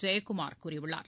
ஜெயகுமார் கூறியுள்ளார்